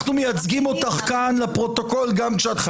אנחנו מייצגים אותך כאן לפרוטוקול גם כשאת לא כאן.